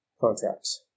contracts